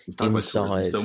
inside